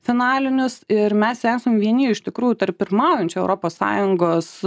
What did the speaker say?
finalinius ir mes esam vieni iš tikrųjų tarp pirmaujančių europos sąjungos